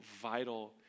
vital